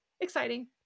exciting